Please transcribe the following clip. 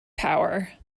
power